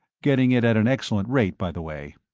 getting it at an excellent rate, by the way.